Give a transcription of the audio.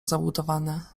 zabudowane